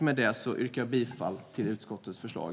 Med detta yrkar jag bifall till utskottets förslag.